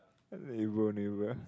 neighbour neighbour